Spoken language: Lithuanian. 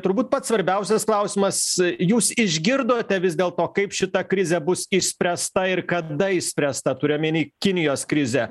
turbūt pats svarbiausias klausimas jūs išgirdote vis dėlto kaip šita krizė bus išspręsta ir kada išspręsta turiu omeny kinijos krizę